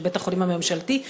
של בית-החולים הממשלתי,